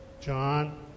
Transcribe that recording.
John